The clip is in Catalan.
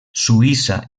suïssa